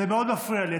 זה מאוד מפריע לי.